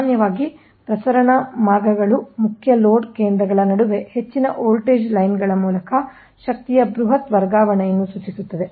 ಸಾಮಾನ್ಯವಾಗಿ ಪ್ರಸರಣ ಮಾರ್ಗಗಳು ಮುಖ್ಯ ಲೋಡ್ ಕೇಂದ್ರಗಳ ನಡುವೆ ಹೆಚ್ಚಿನ ವೋಲ್ಟೇಜ್ ಲೈನ್ ಗಳ ಮೂಲಕ ಶಕ್ತಿಯ ಬೃಹತ್ ವರ್ಗಾವಣೆಯನ್ನು ಸೂಚಿಸುತ್ತದೆ